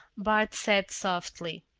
bart said softly.